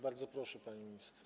Bardzo proszę, pani minister.